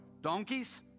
Donkeys